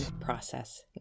process